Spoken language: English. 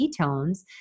ketones